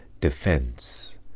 defense